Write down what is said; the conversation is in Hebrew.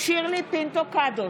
שירלי פינטו קדוש,